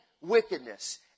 wickedness